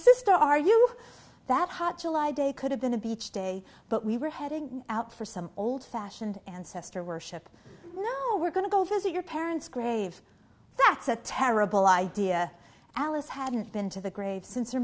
sister are you that hot july day could have been a beach day but we were heading out for some old fashioned ancestor worship no we're going to go visit your parents grave that's a terrible idea alice haven't been to the grave since